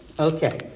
Okay